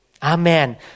Amen